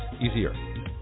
easier